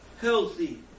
healthy